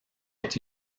est